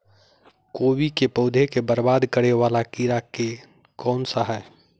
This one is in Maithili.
कोबी केँ पौधा केँ बरबाद करे वला कीड़ा केँ सा है?